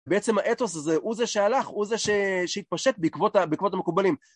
בעצם האתוס הזה הוא זה שהלך, הוא זה שהתפשט בעקבות המקובלים